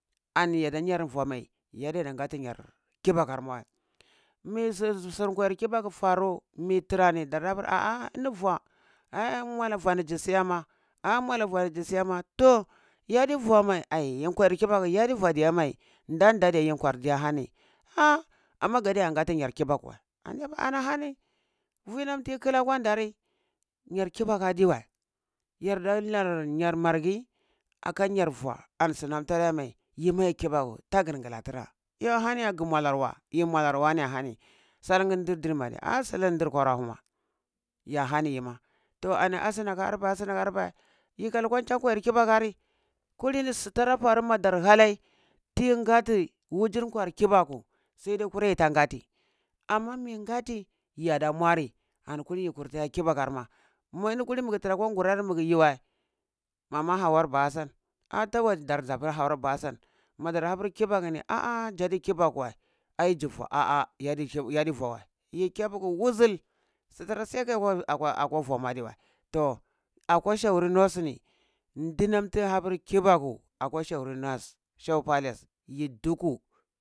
Ani ya da nyar vua mai, yadiedan najati yar kibakar ma wəi, mai kwayar sir kwayar kiɓaku faru, mi tirani darda pur, ah ah ini vua eh eh muala vua zi siyama, eh muala vua zi siyama to yadi vue mai, ai kwar bibaku yadi vua diya mai nda nda dai yi kwar diga hana, ha amma gadiya ngati yar kibaku wə an diya pur an hani vi nam tiyi kil kwandari yara kibaku adi hlai yarda lar nyar marghi aka nyar vua ani sunam tara iya mai yima yi kibaku ta gir ngla tira yo ahani ya gh mualar wa? Yi mualar wane ahani salirnye diddir madi salir ndir kwara huma ya hani yima, toh ani asna ka arpa asna ka arpa yika likwa cha kwayar kibakan kulini si tara faru mada ha lai, nyi ngati wujur kwayar kibaku saida kura yitan ngati. Amma magin gati, yada muari ani yi kurtaya kibakarma ma ini kulini magi tira kwa ngurar magi yuwəi mama hauwar ba hassan a tawal darzapur hauwar ba hassan madar hapur kibakuni ah ah jadi kibaku wəi ai ju vua ah ah yedi vua wəi, yi kibaku wuzul su tira siya ka yeh akwa akwa vua ma adiwa to akwa shehuri north ni dinam ti hapur kibaku akwa shehur north shehu palace yi duku.